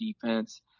defense